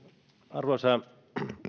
arvoisa